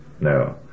no